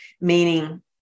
meaning